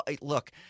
Look –